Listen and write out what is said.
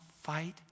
fight